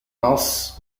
nos